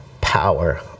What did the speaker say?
power